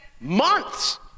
months